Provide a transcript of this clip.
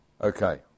Okay